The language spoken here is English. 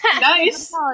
Nice